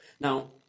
Now